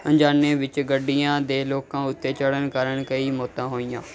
ਅਣਜਾਣੇ ਵਿੱਚ ਗੱਡੀਆਂ ਦੇ ਲੋਕਾਂ ਉੱਤੇ ਚੜ੍ਹਨ ਕਾਰਨ ਕਈ ਮੌਤਾਂ ਹੋਈਆਂ